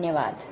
धन्यवाद